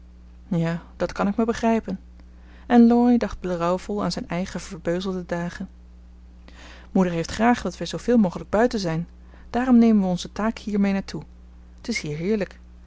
ja dat kan ik me begrijpen en laurie dacht berouwvol aan zijn eigen verbeuzelde dagen moeder heeft graag dat wij zooveel mogelijk buiten zijn daarom nemen we onze taak hier mee naar toe t is hier heerlijk